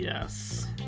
Yes